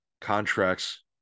contracts